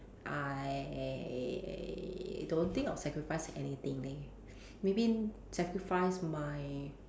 I don't think I'll sacrifice anything leh maybe sacrifice my